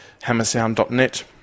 Hammersound.net